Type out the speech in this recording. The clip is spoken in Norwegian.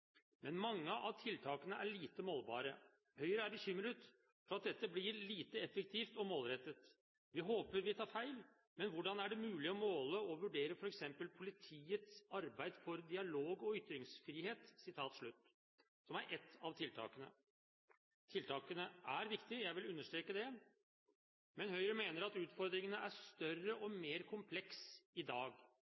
Men mange av tiltakene er lite målbare. Høyre er bekymret for at dette blir lite effektivt og målrettet. Vi håper vi tar feil. Men hvordan er det mulig å måle og vurdere f.eks. «Politiets arbeid for dialog og ytringsfrihet», som er ett av tiltakene? Tiltakene er viktige, jeg vil understreke det. Men Høyre mener at utfordringene er større og